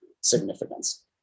significance